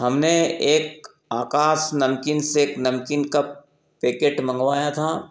हमने एक आकास नमकीन से एक नमकीन का पेकेट मँगवाया था